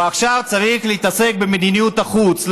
ועכשיו צריך להתעסק במדיניות החוץ.